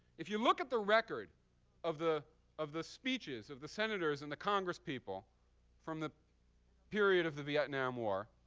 if you look at the record of the record of the speeches of the senators and the congresspeople from the period of the vietnam war